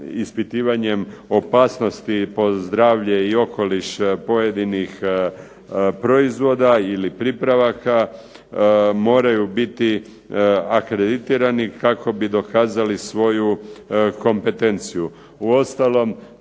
ispitivanjem opasnosti po zdravlje i okoliš pojedinih proizvoda i pripravaka moraju biti akreditirani kako bi dokazali svoju kompetenciju. Uostalom